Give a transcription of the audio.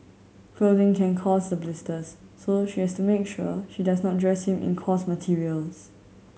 clothing can cause the blisters so she has to make sure she does not dress him in coarse materials